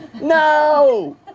No